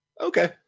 Okay